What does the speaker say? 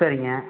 சரிங்க